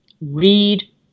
read